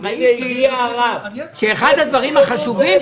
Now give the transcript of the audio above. ראיתי שאחד הדברים החשובים